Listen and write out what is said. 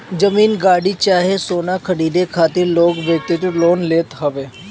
जमीन, गाड़ी चाहे सोना खरीदे खातिर लोग व्यक्तिगत लोन लेत हवे